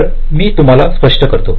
तर मी तुम्हाला स्पष्ट करतो